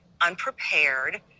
unprepared